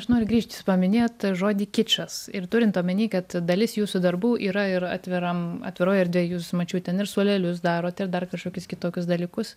aš noriu grįžt jūs paminėjot tą žodį kičas ir turint omeny kad dalis jūsų darbų yra ir atviram atviroj erdvėj jūs mačiau ten ir suolelius darote dar kažkokius kitokius dalykus